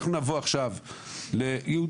אנחנו נבוא עכשיו ליהודי,